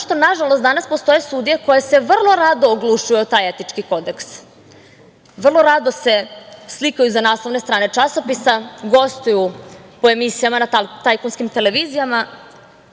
što, nažalost danas postoje sudije, koje se vrlo rado oglušuju o taj etički kodeks, vrlo rado se slikaju za naslovne strane časopisa, gostuju po emisijama na tajkunskim televizijama,